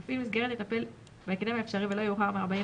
מפעיל מסגרת יטפל בהקדם האפשרי ולא יאוחר מ-45